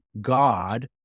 God